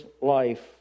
life